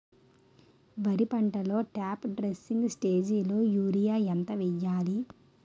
వరి పంటలో top dressing స్టేజిలో యూరియా ఎంత వెయ్యాలి?